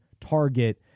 target